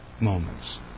moments